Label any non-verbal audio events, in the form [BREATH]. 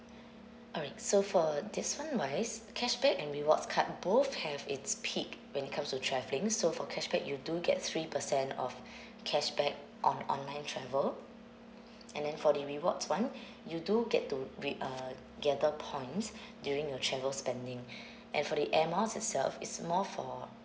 alright so for this one wise cashback and rewards card both have it's pick when it comes to travelling so for cashback you do get three percent of cashback on online travel and then for the rewards one you do get to re~ uh gather points during your travel spending [BREATH] and for the air miles itself is more for